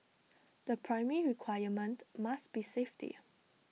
the primary requirement must be safety